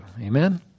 Amen